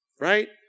right